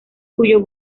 cuyo